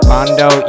Mondo